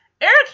Eric